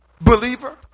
believer